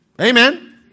Amen